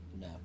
No